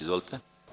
Izvolite.